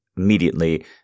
Immediately